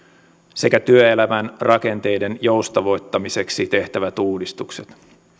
sekä työelämän rakenteiden joustavoittamiseksi tehtävät uudistukset